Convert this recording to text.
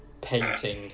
painting